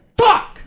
Fuck